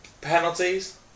Penalties